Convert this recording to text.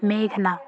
ಮೇಘನಾ